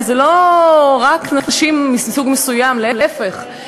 זה לא רק נשים מסוג מסוים, להפך.